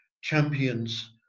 champions